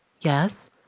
Yes